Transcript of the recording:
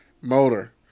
motor